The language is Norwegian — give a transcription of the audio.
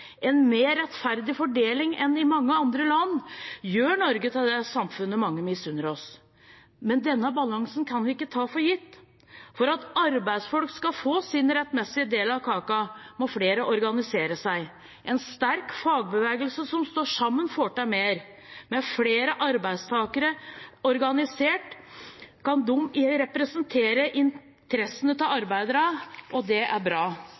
En mer rettferdig fordeling enn i mange andre land gjør Norge til det samfunnet mange misunner oss. Men denne balansen kan vi ikke ta for gitt. For at arbeidsfolk skal få sin rettmessige del av kaka, må flere organisere seg. En sterk fagbevegelse som står sammen, får til mer. Med flere organiserte kan arbeidstakernes interesser representeres, og det er bra.